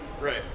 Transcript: Right